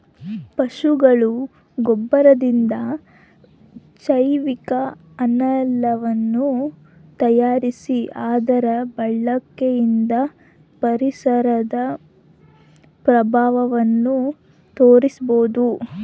ಪಶುಗಳ ಗೊಬ್ಬರದಿಂದ ಜೈವಿಕ ಅನಿಲವನ್ನು ತಯಾರಿಸಿ ಅದರ ಬಳಕೆಯಿಂದ ಪರಿಸರದ ಪ್ರಭಾವವನ್ನು ತಗ್ಗಿಸಬಹುದು